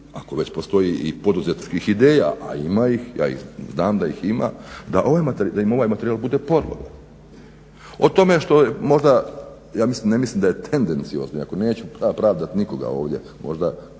ako već postoji i poduzetničkih ideja, ja znam da ih ima da ovaj materijal bude podloga. O tome što je ne mislim da je tendenciozne ako neću pravdat nikoga ovdje. Možda